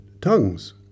tongues